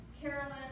Carolyn